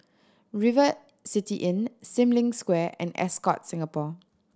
River City Inn Sim Lim Square and Ascott Singapore